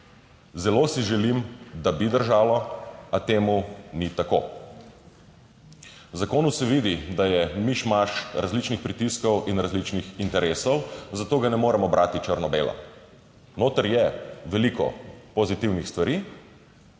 Zelo si želim, da bi držalo, a temu ni tako. V zakonu se vidi, da je mišmaš različnih pritiskov in različnih interesov, zato ga ne moremo brati črno belo. Noter je veliko pozitivnih stvari.